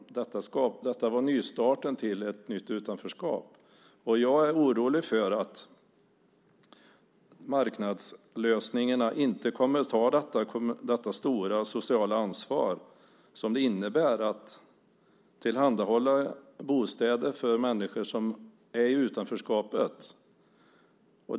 Detta var nystarten till ett nytt utanförskap. Jag är orolig för att man med marknadslösningarna inte kommer att ta det stora och sociala ansvar som det innebär att tillhandahålla bostäder för människor som är i utanförskapet.